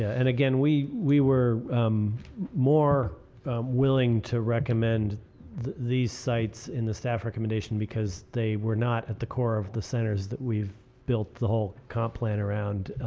and again, we we were more willing to recommend the sites in the staff recommendation because they were not at the core of the centers that we've built the whole comp plan around.